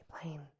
plain